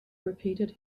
repeated